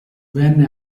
venne